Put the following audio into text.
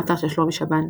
האתר של שלומי שבן,